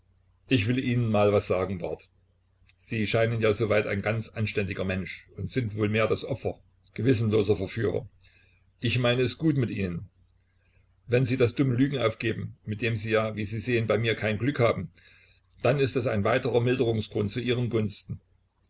ich will ihnen mal was sagen barth sie scheinen ja so weit ein ganz anständiger mensch und sind wohl mehr das opfer gewissenloser verführer ich meine es gut mit ihnen wenn sie das dumme lügen aufgeben mit dem sie ja wie sie sehen bei mir kein glück haben dann ist das ein weiterer milderungsgrund zu ihren gunsten